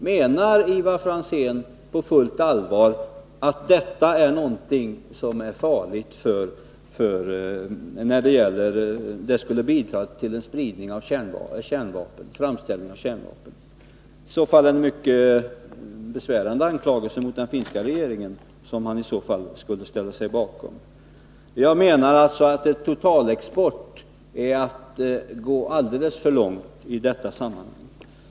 Menar Ivar Franzén på fullt allvar att detta är någonting farligt, att det skulle kunna bidra till en framställning av kärnvapen? Det vore i så fall att ställa sig bakom en mycket allvarlig anklagelse mot den finska regeringen. Jag menar att ett totalförbud mot export vore att gå alldeles för långt i detta sammanhang.